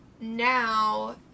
now